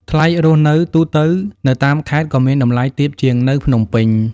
ថ្លៃរស់នៅទូទៅនៅតាមខេត្តក៏មានតម្លៃទាបជាងនៅភ្នំពេញដែរ។